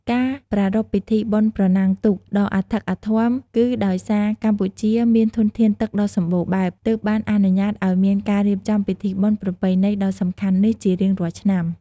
ការប្រារព្ធពិធីបុណ្យប្រណាំងទូកដ៏អធិកអធមគឺដោយសារកម្ពុជាមានធនធានទឹកដ៏សម្បូរបែប ទើបបានអនុញ្ញាតឱ្យមានការរៀបចំពិធីបុណ្យប្រពៃណីដ៏សំខាន់នេះជារៀងរាល់ឆ្នាំ។